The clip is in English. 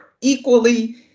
equally